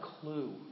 clue